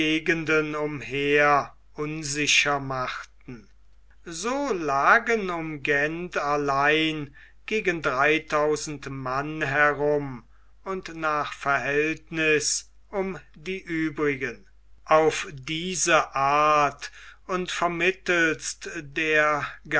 umher unsicher machten so lagen um gent allein gegen dreitausend mann herum und nach verhältnis um die übrigen auf diese art und vermittelst der